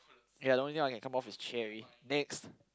ya the only thing I can come off is Cherry next